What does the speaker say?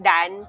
Dan